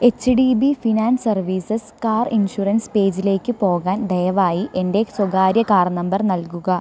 H D B finance services car insurance പേജിലേക്ക് പോകാൻ ദയവായി എൻ്റെ സ്വകാര്യ കാർ നമ്പർ നൽകുക